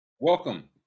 welcome